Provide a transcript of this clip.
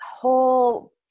whole